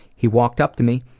he walked up to me,